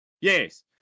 Yes